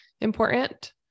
important